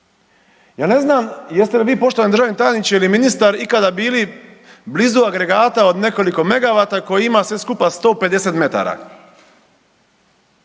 Ja ne znam jeste li vi poštovani državni tajniče ili ministar ikada bili agregata od nekoliko megavata koji ima sve skupa 150 metara.